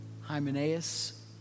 Hymenaeus